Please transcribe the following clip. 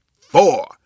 four